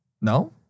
No